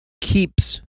keeps